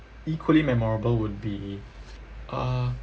equally memorable would be uh